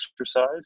exercise